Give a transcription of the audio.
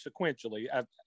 sequentially